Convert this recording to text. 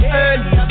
early